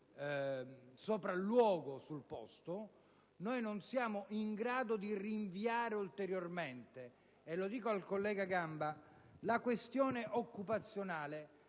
sopralluogo sul posto. Noi non siamo in grado di rinviare ulteriormente e - mi rivolgo al collega Gamba - la questione occupazionale